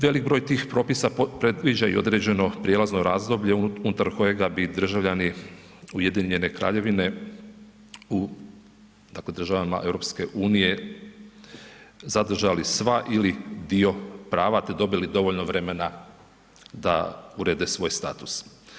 Velik broj tih propisa predviđa i određeno prijelazno razdoblje unutar kojega bi državljani Ujedinjene Kraljevine u dakle državama EU zadržali sva ili dio prava te dobili dovoljno da urede svoj status.